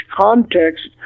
context